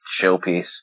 showpiece